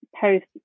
post